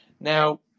Now